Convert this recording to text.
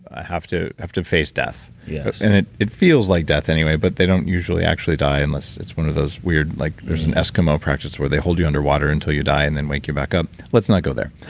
ah have to have to face death yes and it it feels like death anyway, but they don't usually actually die unless it's one of those weird. like there's an eskimo practice where they hold you underwater until you die and then wake you back up. let's not go there.